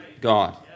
God